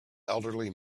elderly